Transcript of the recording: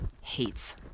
hates